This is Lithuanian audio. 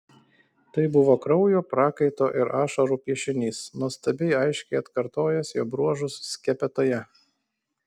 tai buvo kraujo prakaito ir ašarų piešinys nuostabiai aiškiai atkartojęs jo bruožus skepetoje